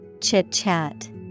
chit-chat